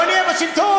לא נהיה בשלטון,